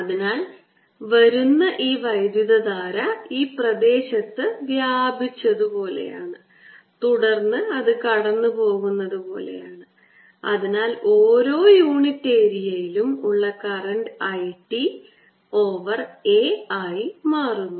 അതിനാൽ വരുന്ന ഈ വൈദ്യുതധാര ഈ പ്രദേശത്ത് വ്യാപിച്ചതുപോലെയാണ് തുടർന്ന് അത് കടന്നുപോകുന്നത് പോലെയാണ് അതിനാൽ ഓരോ യൂണിറ്റ് ഏരിയയിലും ഉള്ള current I t over a ആയി മാറുന്നു